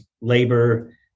labor